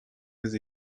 with